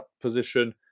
position